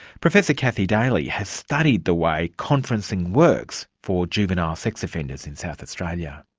professor kathy daly has studied the way conferencing works for juvenile sex offenders in south australia.